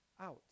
out